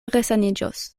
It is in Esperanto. resaniĝos